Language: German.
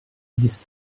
dies